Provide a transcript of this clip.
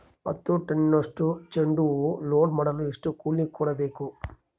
ಹತ್ತು ಟನ್ನಷ್ಟು ಚೆಂಡುಹೂ ಲೋಡ್ ಮಾಡಲು ಎಷ್ಟು ಕೂಲಿ ಕೊಡಬೇಕು?